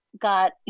got